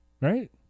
right